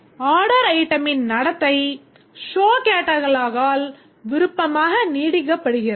எனவே order item ன் நடத்தை show catalog ஆல் விருப்பமாக நீட்டிக்கப்படுகிறது